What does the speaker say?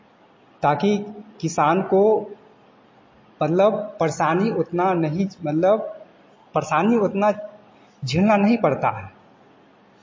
ताकि किसान को मतलब परेशानी उतना नहीं मतलब परेशानी उतना झेलना नहीं पड़ता है